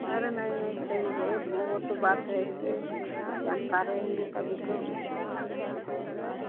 अरे नहीं नहीं सही है वह हो तो बात है ही है जानकार रहेंगे तभी तो काम करेगा